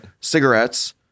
cigarettes